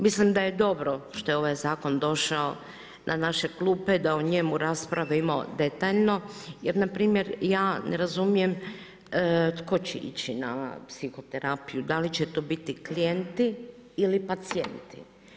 Mislim da je dobro što je ovaj zakon došao na naše klupe da o njemu raspravimo detaljno jer npr. ja ne razumijem tko će ići na psihoterapiju, da li će to biti klijenti ili pacijenti.